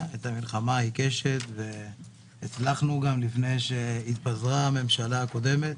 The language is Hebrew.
את המלחמה העיקשת והצלחנו גם לפני שהתפזרה הממשלה הקודמת